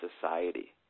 society